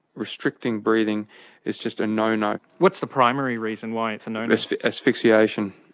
restricting breathing is just a no no. what's the primary reason why it's a no no? asphyxiation.